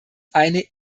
eine